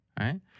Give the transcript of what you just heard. right